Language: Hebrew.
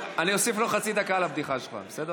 אוסיף לו חצי דקה על הבדיחה שלך, בסדר?